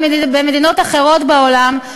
כמו במדינות אחרות בעולם,